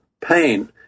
pain